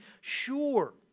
sure